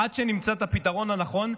עד שנמצא את הפתרון הנכון,